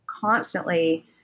constantly